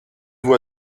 vous